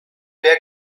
wer